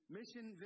mission